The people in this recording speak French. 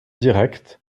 direct